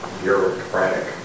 bureaucratic